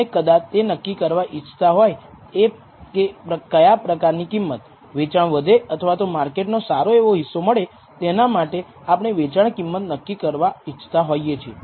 ઉદાહરણ તરીકે એક ચલના કિસ્સામાં કે આપણે એક સ્વતંત્ર ચલ જોયું ફક્ત 2 પરિમાણો કે જે આપણે બંધબેસતા હોઈએ છીએ તે છે ઇન્ટરસેપ્ટ ટર્મ β0 અને સ્લોપ ટર્મ β1